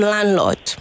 Landlord